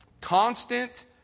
constant